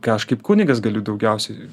ką aš kaip kunigas galiu daugiausiai